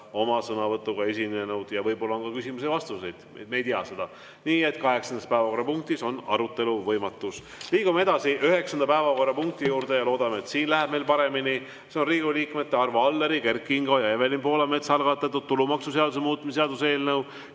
oma sõnavõtuga esinenud, ja võib-olla oleks ka küsimusi ja vastuseid, me ei tea seda. Nii et kaheksandas päevakorrapunktis on arutelu võimatus. Liigume üheksanda päevakorrapunkti juurde ja loodame, et siin läheb meil paremini. See on Riigikogu liikmete Arvo Alleri, Kert Kingo ja Evelin Poolametsa algatatud tulumaksuseaduse muutmise seaduse eelnõu